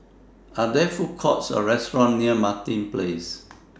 Are There Food Courts Or restaurants near Martin Place